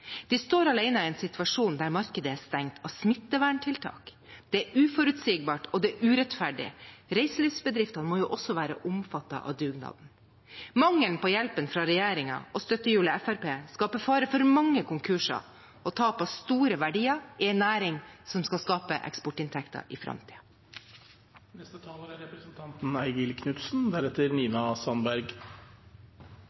De står alene i en situasjon der markedet er stengt av smitteverntiltak. Det er uforutsigbart, og det er urettferdig. Reiselivsbedriftene må jo også være omfattet av dugnaden. Mangelen på hjelp fra regjeringen og støttehjulet Fremskrittspartiet skaper fare for mange konkurser og tap av store verdier i en næring som skal skape eksportinntekter i